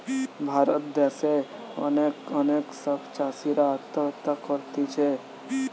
ভারত দ্যাশে অনেক অনেক সব চাষীরা আত্মহত্যা করতিছে